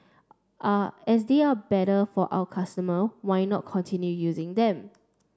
are as they are better for our customer why not continue using them